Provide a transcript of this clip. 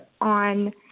on